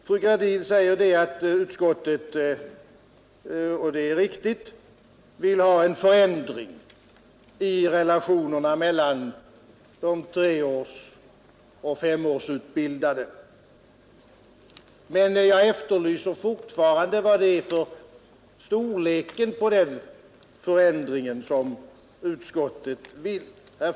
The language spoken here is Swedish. Fru Gradin säger mycket riktigt att utskottet vill ha en förändring i relationerna mellan de treårsoch femårsutbildade, men jag efterlyser fortfarande storleken på den förändring som utskottet önskar få till stånd.